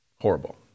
Horrible